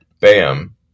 Bam